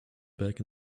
back